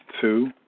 two